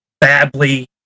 badly